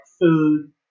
food